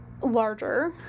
larger